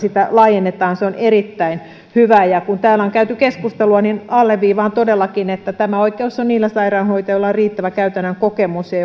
laajennetaan on erittäin hyvä kun täällä on käyty keskustelua niin alleviivaan todellakin että tämä oikeus on niillä sairaanhoitajilla joilla on riittävä käytännön kokemus ja